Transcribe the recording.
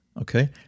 okay